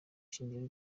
shingiro